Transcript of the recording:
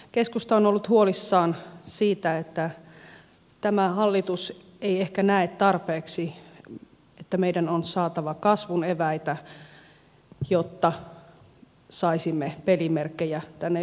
keskusta on ollut huolissaan siitä että tämä hallitus ei ehkä näe tarpeeksi että meidän on saatava kasvun eväitä jotta saisimme pelimerkkejä tänne yhteiskuntaan